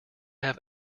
have